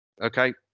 okay